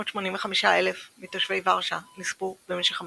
כ-685,000 מתושבי ורשה נספו במשך המלחמה,